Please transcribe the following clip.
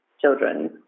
children